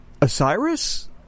Osiris